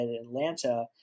Atlanta